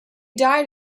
died